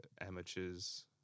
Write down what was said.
Amateurs